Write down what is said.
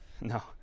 No